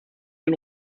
den